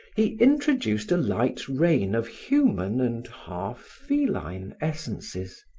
he introduced a light rain of human and half feline essences,